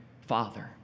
Father